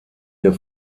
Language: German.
der